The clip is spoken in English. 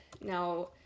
now